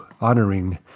honoring